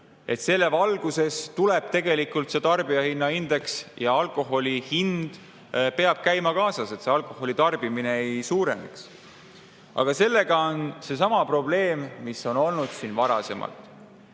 ja selle valguses tuleb tegelikult tarbijahinnaindeks, peab alkoholi hind käima sellega kaasas, et alkoholi tarbimine ei suureneks. Aga sellega on seesama probleem, mis on olnud varemgi.